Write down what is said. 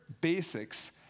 basics